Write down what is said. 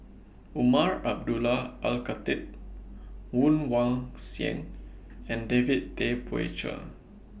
Umar Abdullah Al Khatib Woon Wah Siang and David Tay Poey Cher